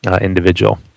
individual